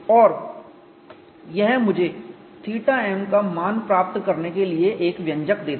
और यह मुझे θm का मान प्राप्त करने के लिए एक व्यंजक देता है